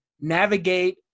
navigate